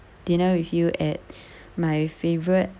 dinner with you at my favourite